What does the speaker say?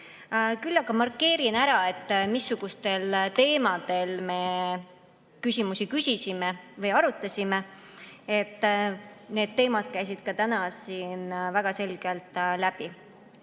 Küll aga markeerin ära, missugustel teemadel me küsimusi küsisime või arutasime. Need teemad käisid ka täna siin väga selgelt